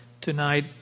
tonight